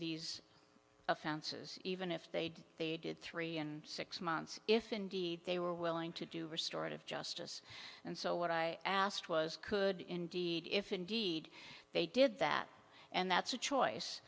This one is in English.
these offenses even if they did they did three and six months if indeed they were willing to do restore it of justice and so what i asked was could indeed if indeed they did that and that's a choice